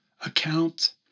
account